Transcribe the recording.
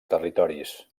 territoris